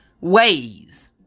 ways